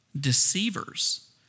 deceivers